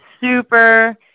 super